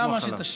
דע מה שתשיב.